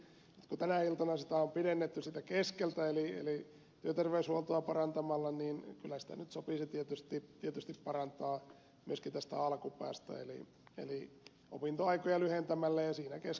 kun tänä iltana sitä on pidennetty sieltä keskeltä eli työterveyshuoltoa parantamalla niin kyllä sitä nyt tietysti sopisi parantaa myöskin alkupäästä eli opintoaikoja lyhentämällä